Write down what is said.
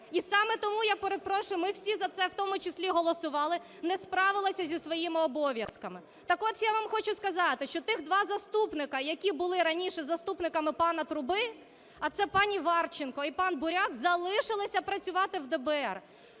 і саме тому, я перепрошую, ми всі за це в тому числі голосували, - не справилося зі своїми обов'язками. Так от, я вам хочу сказати, що тих два заступника, які були раніше заступниками пана Труби, а це пані Варченко і пан Буряк, залишилися працювати в ДБР.